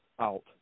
out